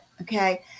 okay